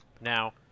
Now